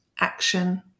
action